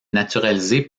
naturalisée